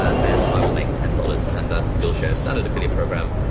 ah then i will make ten dollars and thats skillshare standard affiliate programme,